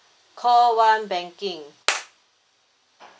call one banking